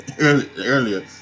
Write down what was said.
earlier